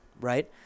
right